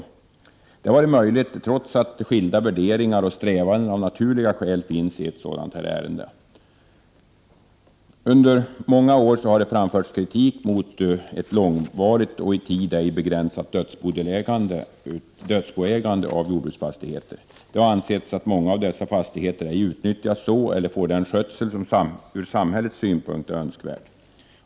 Detta har varit möjligt trots att skilda värderingar och trävanden av naturliga skäl finns i ett sådant här ärende. Under många år har det framförts kritik mot ett långvarigt och i tid ej egränsat dödsboägande av jordbruksfastigheter. Det har ansetts att många iv dessa fastigheter inte utnyttjas så eller får den skötsel som vore önskvärt ur amhällets synpunkt.